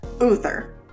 uther